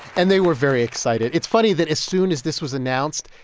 and they were very excited. it's funny that as soon as this was announced,